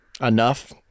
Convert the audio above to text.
enough